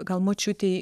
gal močiutei